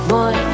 Boy